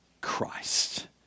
Christ